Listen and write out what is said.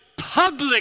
public